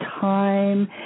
time